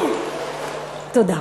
תודה.